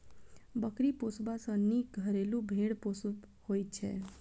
बकरी पोसबा सॅ नीक घरेलू भेंड़ पोसब होइत छै